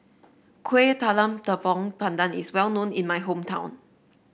Kueh Talam Tepong Pandan is well known in my hometown